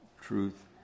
truth